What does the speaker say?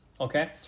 okay